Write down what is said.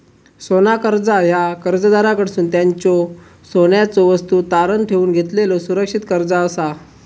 सोना कर्जा ह्या कर्जदाराकडसून त्यांच्यो सोन्याच्यो वस्तू तारण ठेवून घेतलेलो सुरक्षित कर्जा असा